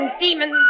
demons